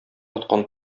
аткан